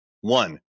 One